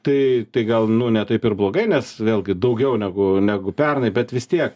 tai tai gal nu ne taip ir blogai nes vėlgi daugiau negu negu pernai bet vis tiek